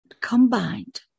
combined